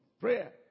prayer